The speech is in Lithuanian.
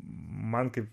man kaip